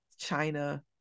china